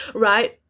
right